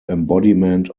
embodiment